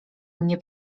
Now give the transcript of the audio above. mnie